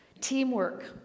Teamwork